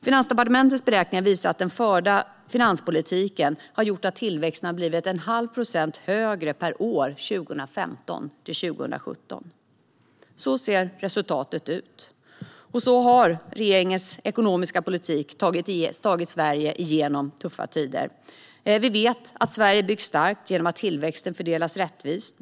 Finansdepartementets beräkningar visar att den förda finanspolitiken har gjort att tillväxten har blivit en halv procent högre per år 2015-2017. Så ser resultatet ut, och så har regeringens ekonomiska politik tagit Sverige igenom tuffa tider. Vi vet att Sverige byggs starkt genom att tillväxten fördelas rättvist.